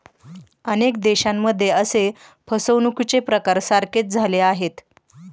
अनेक देशांमध्ये असे फसवणुकीचे प्रकार सारखेच झाले आहेत